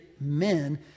men